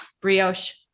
brioche